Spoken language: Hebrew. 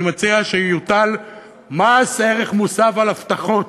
אני מציע שיוטל מס ערך מוסף על הבטחות,